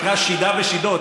שנקרא "שידה ושידות",